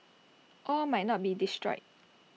all might not be destroyed